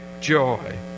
joy